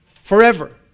forever